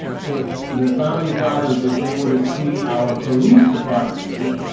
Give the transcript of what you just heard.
the founding fathers if they were to see our police departments that